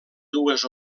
dues